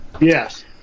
yes